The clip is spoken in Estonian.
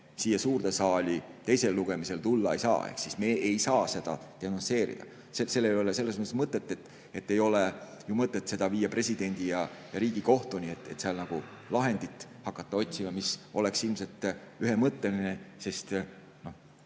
siia suurde saali teisele lugemisele tuua ei saa, ehk me ei saa seda denonsseerida. Sel ei ole selles mõttes mõtet. Ei ole ju mõtet seda viia presidendi ja Riigikohtuni, et seal hakata lahendit otsima, mis oleks ilmselt ühemõtteline, nii